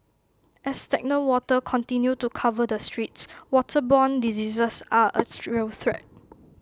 as stagnant water continue to cover the streets waterborne diseases are A real threat